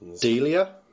Delia